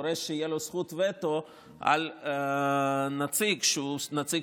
דורש שתהיה לו זכות וטו על נציג שהוא נציג